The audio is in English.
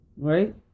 Right